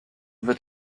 wird